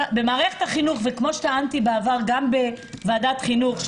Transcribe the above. כפי שטענתי בעבר גם בוועדת החינוך,